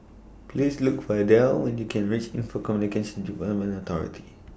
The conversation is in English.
Please Look For Adele when YOU Can REACH Info Communications Development Authority